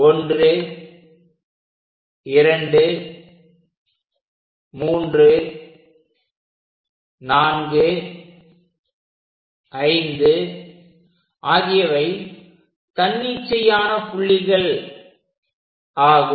1 2 3 4 5 ஆகியவை தன்னிச்சையான புள்ளிகள் ஆகும்